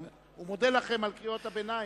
הוא מודה לכם על קריאות הביניים,